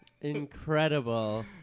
Incredible